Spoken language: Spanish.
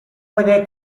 puede